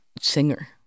singer